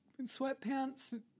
sweatpants